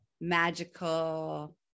magical